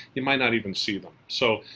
you might not even see them. so.